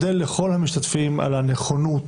בעצם ההשוואה לטקסט של יתר מרכזי המורשת.